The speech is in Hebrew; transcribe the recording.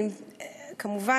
כמובן,